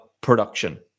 production